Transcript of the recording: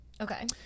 Okay